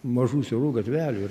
mažų siaurų gatvelių ir